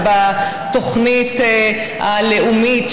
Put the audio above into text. ובתוכנית הלאומית,